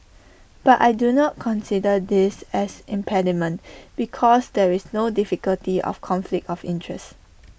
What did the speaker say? but I do not consider this as impediment because there is no difficulty of conflict of interest